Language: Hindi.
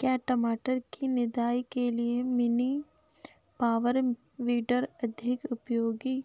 क्या टमाटर की निदाई के लिए मिनी पावर वीडर अधिक उपयोगी